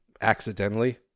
accidentally